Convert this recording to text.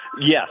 Yes